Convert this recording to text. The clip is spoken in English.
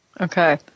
okay